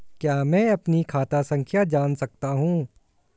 क्या मैं अपनी खाता संख्या जान सकता हूँ?